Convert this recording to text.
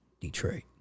Detroit